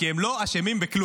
כי הם לא אשמים בכלום,